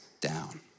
down